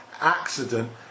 accident